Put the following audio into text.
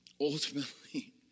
ultimately